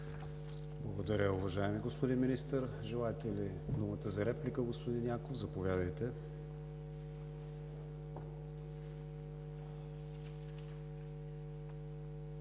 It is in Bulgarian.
Благодаря, уважаеми господин Янков. Желаете ли думата за дуплика, господин Министър? Заповядайте.